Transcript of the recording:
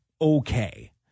okay